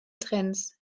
trends